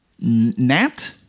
Nat